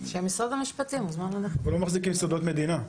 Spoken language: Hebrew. כאילו מחזיקים סודות מדינה.